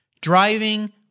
driving